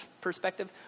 perspective